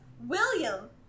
William